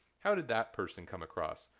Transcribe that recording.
how did that person come across?